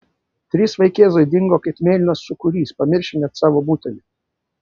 trys vaikėzai dingo kaip mėlynas sūkurys pamiršę net savo butelį